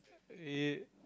it